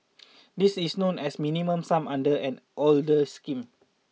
this is known as the Minimum Sum under an older scheme